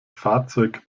fahrzeug